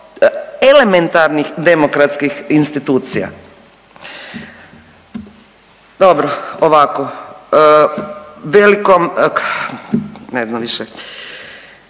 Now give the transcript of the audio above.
elementarnih demokratskih institucija. Dobro ovako. Velikom, ne znam više,